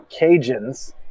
Cajuns